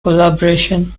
collaboration